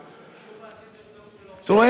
תראו,